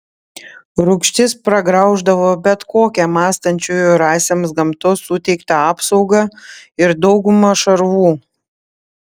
rūgštis pragrauždavo bet kokią mąstančiųjų rasėms gamtos suteiktą apsaugą ir daugumą šarvų